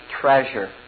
treasure